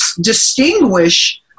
distinguish